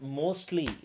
mostly